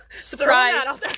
Surprise